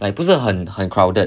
like 不是很很 crowded